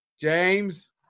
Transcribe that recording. James